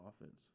offense